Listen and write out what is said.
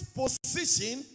position